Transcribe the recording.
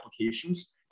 applications